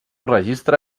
registre